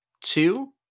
Two